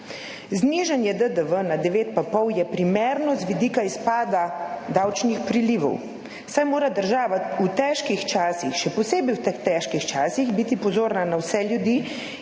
Znižanje DDV na 9,5 je primerno z vidika izpada davčnih prilivov, saj mora biti država v težkih časih, še posebej v teh težkih časih, pozorna na vse ljudi